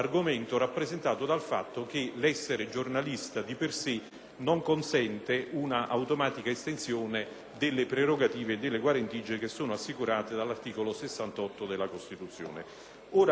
non consente un'automatica estensione delle prerogative e delle guarentigie assicurate dall'articolo 68 della Costituzione.